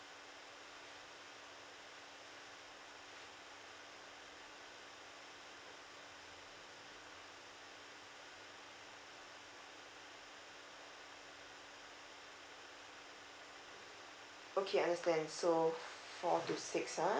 okay understand so four to six ah